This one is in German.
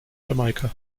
jamaika